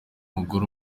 mugore